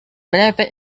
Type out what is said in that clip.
benefit